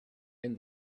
and